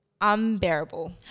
Unbearable